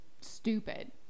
stupid